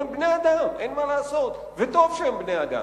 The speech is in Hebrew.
הם בני-אדם, אין מה לעשות, וטוב שהם בני-אדם.